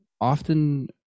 often